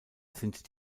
sind